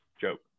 joke